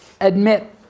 admit